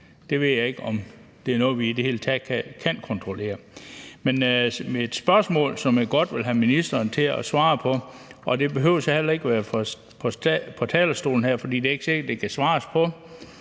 Jeg ved ikke, om det er noget, vi i det hele taget kan kontrollere. Men et spørgsmål, som jeg godt vil have ministeren til at svare på, og det behøver ikke at være fra talerstolen her, for det er ikke sikkert, at ministeren kan